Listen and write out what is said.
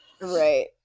Right